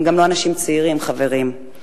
הם גם לא אנשים צעירים, חברים.